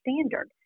standard